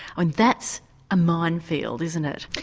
and that's a minefield, isn't it?